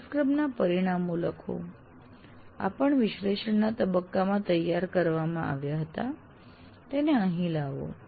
અભ્યાસક્રમના પરિણામો લખો આ પણ વિશ્લેષણના તબક્કામાં તૈયાર કરવામાં આવ્યા હતા અને તેને અહીં લાવો